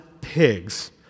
pigs